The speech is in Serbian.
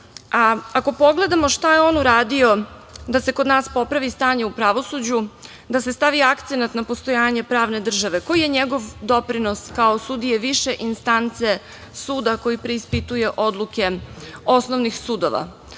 pogledamo šta je on uradio da se kod nas popravi stanje u pravosuđu, da se stavi akcenat na postojanje pravne države, koji je njegov doprinos kao sudije više instance suda koji preispituje odluke osnovnih sudova,